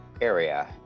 area